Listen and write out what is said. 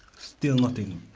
still nothing